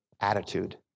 attitude